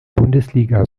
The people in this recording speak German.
bundesliga